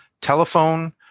telephone